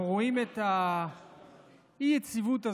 אנחנו רואים את האי-יציבות הזאת,